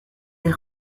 des